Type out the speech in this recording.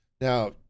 Now